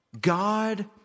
God